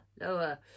lower